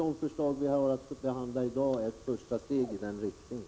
De förslag vi har att behandla i dag är ett första steg i den riktningen.